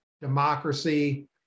democracy